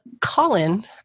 Colin